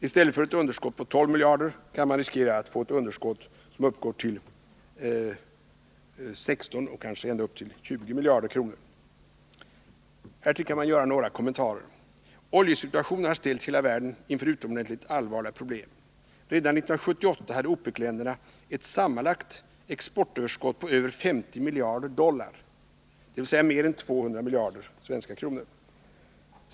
I stället för ett underskott på 12 miljarder kan man riskera att få ett underskott som uppgår till 16, kanske 20 miljarder kronor. Härtill kan man göra några kommentarer. Oljesituationen har ställt hela världen inför utomordentligt allvarliga problem. Redan 1978 hade OPEC länderna ett sammanlagt exportöverskott på över 50 miljarder dollar, dvs. mer än 200 miljarder svenska kronor.